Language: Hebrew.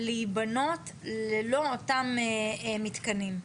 להיבנות ללא אותם מתקנים?